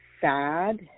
sad